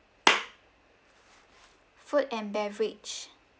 food and beverage